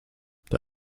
der